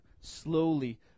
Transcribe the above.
slowly